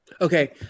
Okay